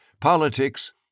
politics